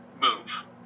move